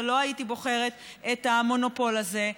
ולא הייתי בוחרת את המונופול הזה.